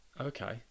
Okay